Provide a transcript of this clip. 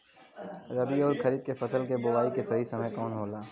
रबी अउर खरीफ के फसल के बोआई के सही समय कवन होला?